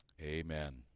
amen